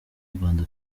rwanda